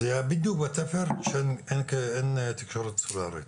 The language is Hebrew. זה היה בדיוק בתפר של אין תקשורת סלולרית.